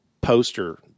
poster